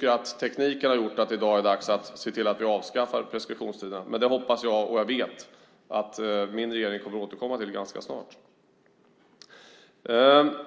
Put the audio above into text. det. Tekniken har, menar jag, gjort att det i dag är dags att se till att preskriptionstiden avskaffas. Jag hoppas - ja, jag vet - att min regering ganska snart återkommer till detta.